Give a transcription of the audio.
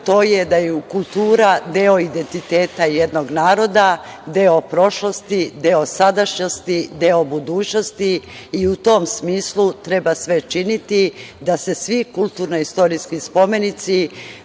to je da je kultura deo identiteta jednog naroda, deo prošlosti, deo sadašnjosti, deo budućnosti i u tom smislu treba sve činiti da se svi kulturno istorijski spomenici